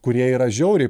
kurie yra žiauriai